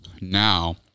now